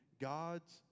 God's